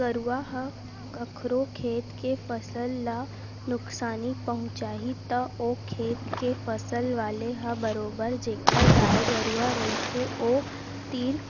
गरुवा ह कखरो खेत के फसल ल नुकसानी पहुँचाही त ओ खेत के फसल वाले ह बरोबर जेखर गाय गरुवा रहिथे ओ तीर